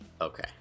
Okay